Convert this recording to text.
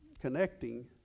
connecting